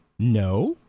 no?